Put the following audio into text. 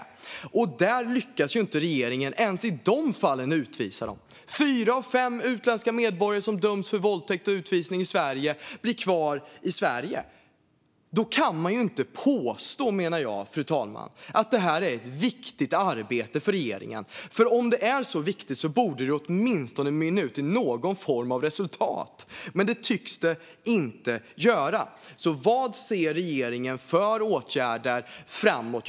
Inte ens i dessa fall lyckas regeringen utvisa. Fyra av fem utländska medborgare som dömts för våldtäkt och till utvisning blir kvar i Sverige. Då kan man inte, menar jag, fru talman, påstå att detta är ett viktigt arbete för regeringen. Om det är så viktigt borde det mynna ut i åtminstone någon form av resultat, men det tycks det inte göra. Vad ser regeringen för åtgärder framåt?